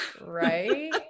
Right